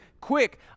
quick